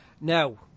Now